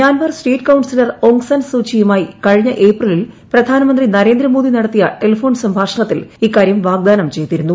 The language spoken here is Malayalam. Myanmar state councillor Aung San സൂചിയുമായി കഴിഞ്ഞ ഏപ്രിലിൽ പ്രധാനമന്ത്രി നരേന്ദ്രമോദി നടത്തിയ ടെലിഫോൺ സംഭാഷണത്തിൽ ഇക്കാര്യം വാഗ്ദാനം ചെയ്തിരുന്നു